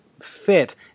fit